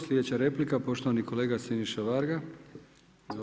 Sljedeća replika, poštovani kolega Siniša Varaga.